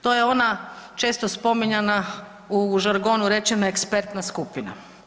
To je ona često spominjana u žargonu rečeno ekspertna skupina.